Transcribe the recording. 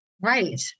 Right